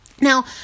Now